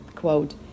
Quote